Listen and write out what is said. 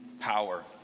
power